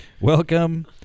Welcome